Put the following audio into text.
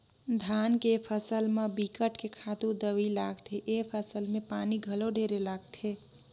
धान के फसल म बिकट के खातू दवई लागथे, ए फसल में पानी घलो ढेरे लागथे